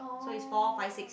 so is four five six